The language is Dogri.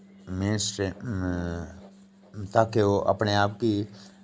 में स्टे ताकि ओह् अपने आप गी